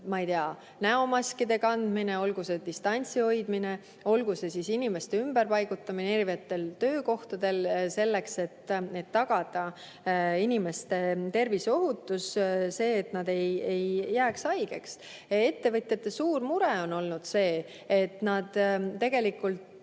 ma ei tea, näomaskide kandmine, olgu see distantsi hoidmine, olgu see siis inimeste ümberpaigutamine erinevatel töökohtadel, selleks et tagada inimeste terviseohutus, et nad ei jääks haigeks. Ettevõtjate suur mure on olnud see, et olukorras, kus